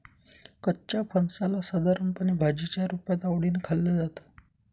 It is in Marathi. कच्च्या फणसाला साधारणपणे भाजीच्या रुपात आवडीने खाल्लं जातं